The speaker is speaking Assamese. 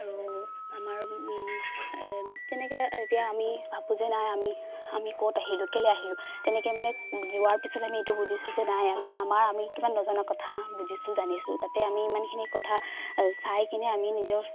আৰু আমাৰ তেনেকৈ এতিয়া আমি ভাবো যে নাই আমি আমি ক'ত আহিলো কেলে আহিলো তেনেকৈ মানে যোৱাৰ পিছত আমি এইটো বুজিছো যে নাই আমি আমাৰ আমি কিমান নজনা কথা বুজিছো জানিছো তাতে আমি ইমানখিনি কথা চাই কিনে আমি নিজৰ